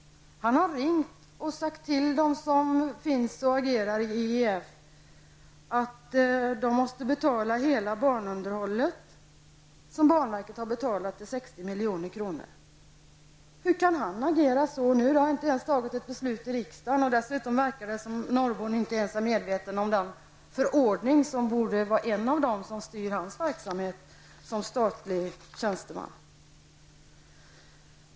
Jag har fått flera uppgifter om detta ifrån kommunalråd och andra som har ringt. De tillhör dem som är rädda att utveckla inlandsbanan. Hur kan Claes-Eric Norrbom agera så? Det har inte ens tagits ett beslut i riksdagen. Dessutom verkar det som om Norrbom inte ens var medveten om en av de förordningar som borde vara styrande för hans verksamhet som statlig tjänsteman.